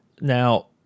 Now